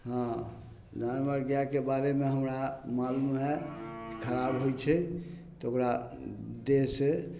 हँ जेना हमरा गायके बारेमे हमरा मालुम हइ खराब हइ छै तऽ ओकरा देहसँ